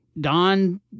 Don